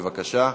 בבקשה.